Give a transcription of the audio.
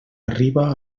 arriba